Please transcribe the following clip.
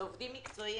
אלה עובדים מקצועיים,